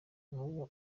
n’ubu